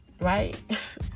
Right